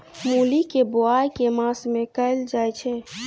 मूली केँ बोआई केँ मास मे कैल जाएँ छैय?